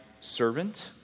servant